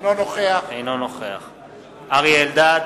אינו נוכח אריה אלדד,